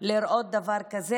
לראות דבר כזה.